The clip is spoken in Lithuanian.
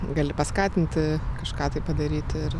gali paskatinti kažką tai padaryti ir